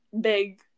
big